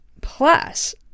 Plus